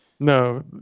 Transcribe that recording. No